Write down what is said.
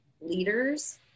leaders